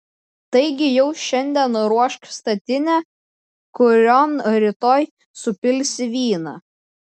taigi jau šiandien ruošk statinę kurion rytoj supilsi vyną